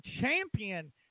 champion